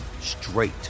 straight